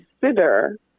consider